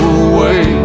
away